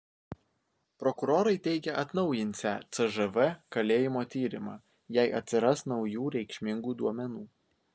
prokurorai teigia atnaujinsią cžv kalėjimo tyrimą jei atsiras naujų reikšmingų duomenų